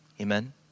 Amen